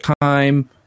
time